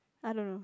I don't know